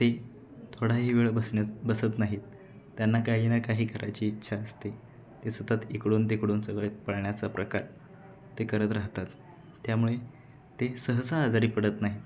ते थोडाही वेळ बसण्यात बसत नाहीत त्यांना काही ना काही करायची इच्छा असते ते सतत इकडून तिकडून सगळे पळण्याचा प्रकार ते करत राहतात त्यामुळे ते सहजा आजारी पडत नाहीत